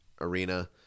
Arena